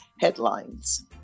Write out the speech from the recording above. headlines